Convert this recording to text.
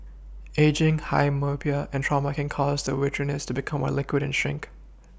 ageing high myopia and trauma can cause the vitreous to become more liquid and shrink